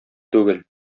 түгел